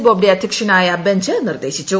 ബോബ്ഡെ അധ്യക്ഷനായ ബഞ്ച് നിർദ്ദേശിച്ചു